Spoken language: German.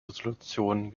resolution